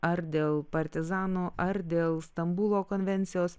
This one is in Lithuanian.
ar dėl partizanų ar dėl stambulo konvencijos